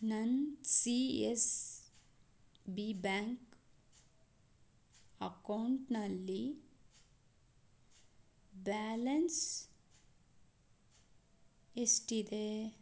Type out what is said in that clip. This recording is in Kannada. ನನ್ನ ಸಿ ಎಸ್ ಬಿ ಬ್ಯಾಂಕ್ ಅಕೌಂಟ್ನಲ್ಲಿ ಬ್ಯಾಲೆನ್ಸ್ ಎಷ್ಟಿದೆ